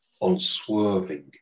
unswerving